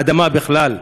האדמה בכלל,